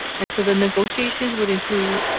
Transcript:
and so the negotiations will include